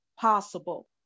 Possible